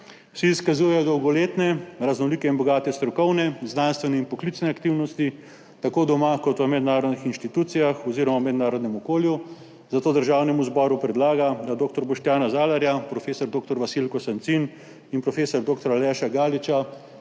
Vsi izkazujejo dolgoletne, raznolike in bogate strokovne, znanstvene in poklicne aktivnosti tako doma kot v mednarodnih institucijah oziroma v mednarodnem okolju, zato Državnemu zboru predlaga, da dr. Boštjana Zalarja, prof. dr. Vasilko Sancin in prof. dr. Aleša Galiča